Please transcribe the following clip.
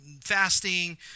fasting